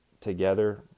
together